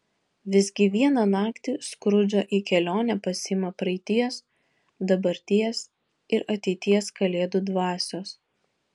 visgi vieną naktį skrudžą į kelionę pasiima praeities dabarties ir ateities kalėdų dvasios